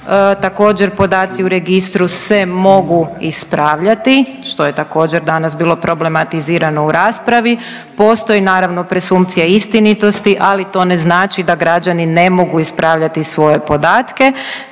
Također podaci u registru se mogu ispravljati što je također danas bilo problematizirano u raspravi. Postoji naravno presumpcija istinitosti, ali to ne znači da građani ne mogu ispravljati svoje podatke.